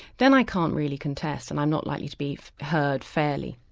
then i can't really contest, and i'm not likely to be heard fairly.